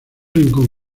rincón